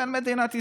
ובין מדינת ישראל.